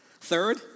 Third